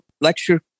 lecture